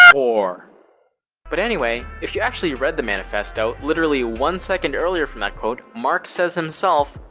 vore but anyway, if you actually read the manifesto, literally one second earlier from that quote, marx says himself,